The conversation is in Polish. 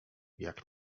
jak